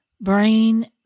brain